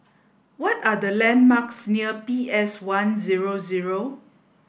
what are the landmarks near P S one zero zero